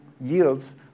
yields